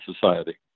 society